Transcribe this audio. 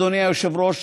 אדוני היושב-ראש,